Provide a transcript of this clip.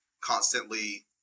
constantly